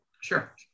Sure